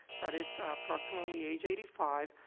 that is approximately age eighty five,